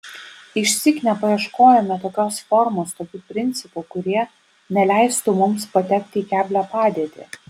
išsyk nepaieškojome tokios formos tokių principų kurie neleistų mums patekti į keblią padėtį